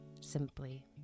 simply